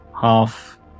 half